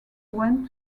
went